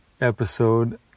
episode